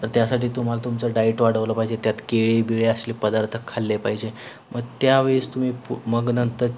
तर त्यासाठी तुम्हाला तुमचं डाईट वाढवलं पाहिजे त्यात केळी बिळे असले पदार्थ खाल्ले पाहिजे मग त्या वेळेस तुम्ही पु मग नंतर